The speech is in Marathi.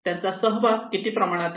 त्यांचा सहभाग किती प्रमाणात आहे